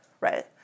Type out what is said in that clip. right